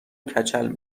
کچل